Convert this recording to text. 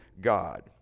God